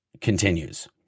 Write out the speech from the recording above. continues